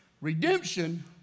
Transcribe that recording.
redemption